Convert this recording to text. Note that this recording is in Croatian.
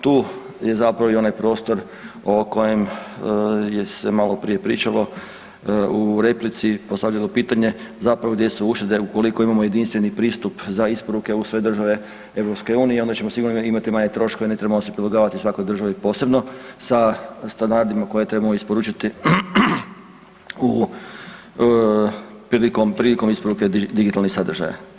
Tu je zapravo i onaj prostor o kojem je se maloprije pričalo, u replici postavljeno pitanje, zapravo gdje su uštede ukoliko imamo jedinstveni pristup za isporuke u sve države EU onda ćemo sigurno imati manje troškove, ne trebamo se prilagođavati svakoj državi posebno sa standardima koje trebamo isporučiti prilikom, prilikom isporuke digitalnih sadržaja.